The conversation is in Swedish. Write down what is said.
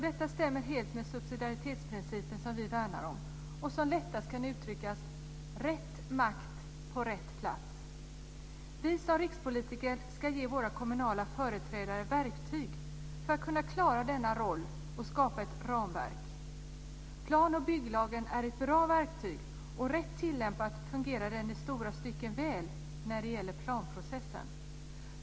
Detta stämmer helt med subsidaritetsprincipen, som vi värnar om och som lättast kan uttryckas i orden: Rätt makt på rätt plats. Vi som rikspolitiker ska ge våra kommunala företrädare verktyg för att kunna klara denna roll och skapa ett ramverk. Plan och bygglagen är ett bra verktyg. Rätt tilllämpad fungerar den i stora stycken väl när det gäller planprocessen.